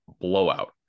blowout